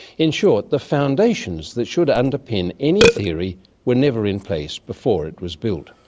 in short the foundations that should underpin any theory were never in place before it was built.